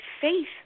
faith